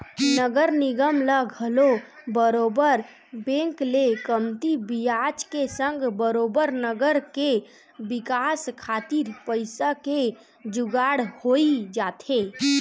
नगर निगम ल घलो बरोबर बेंक ले कमती बियाज के संग बरोबर नगर के बिकास खातिर पइसा के जुगाड़ होई जाथे